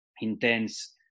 intense